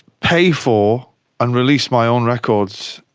pay for and release my own records,